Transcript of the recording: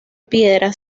piedra